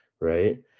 right